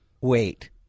Wait